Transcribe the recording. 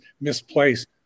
misplaced